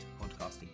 podcasting